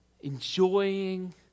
enjoying